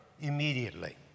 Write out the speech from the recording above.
immediately